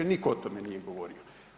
Nitko o tome nije govorio.